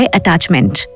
attachment।